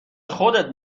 خودت